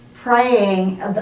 praying